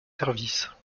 services